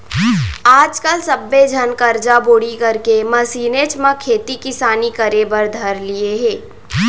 आज काल सब्बे झन करजा बोड़ी करके मसीनेच म खेती किसानी करे बर धर लिये हें